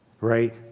right